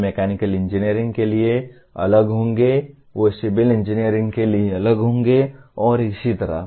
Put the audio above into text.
वे mechanical engineering के लिए अलग होंगे वे सिविल इंजीनियरिंग के लिए अलग होंगे और इसी तरह